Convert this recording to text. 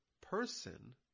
person